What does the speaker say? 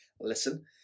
Listen